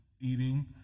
eating